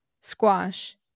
squash